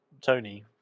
Tony